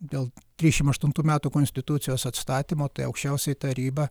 dėl trisdešimt aštuntų metų konstitucijos atstatymo tai aukščiausioji taryba